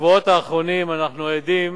בשבועות האחרונים אנחנו עדים